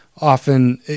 often